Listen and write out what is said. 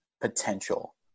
potential